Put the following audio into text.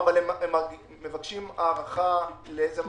אבל הם מבקשים הארכה לאיזה מענק?